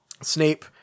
Snape